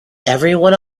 everyone